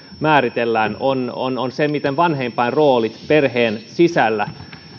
määritellään on on se miten vanhempien roolit perheen sisällä